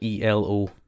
ELO